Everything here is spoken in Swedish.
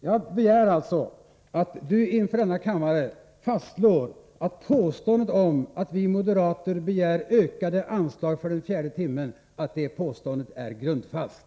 Jag begär att Ingvar Johnsson inför kammaren skall fastslå att påståendet om att vi moderater begär ökat anslag för den fjärde timmen är grundfalskt.